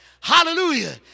Hallelujah